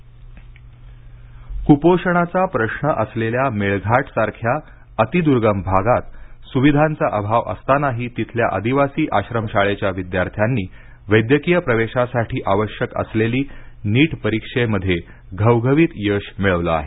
नीट मेळघाट क्पोषणाचा प्रश्न असलेल्या मेळघाटसारख्या अतिद्र्गम भागात सुविधांचा अभाव असतानाही तिथल्या आदिवासी आश्रमशाळेच्या विद्यार्थ्यांनी वैद्यकीय प्रवेशासाठी आवश्यक नीट परीक्षेत घवघवीत यश मिळवलं आहे